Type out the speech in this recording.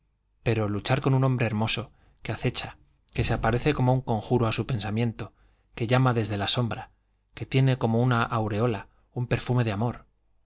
pero luchar con un hombre hermoso que acecha que se aparece como un conjuro a su pensamiento que llama desde la sombra que tiene como una aureola un perfume de amor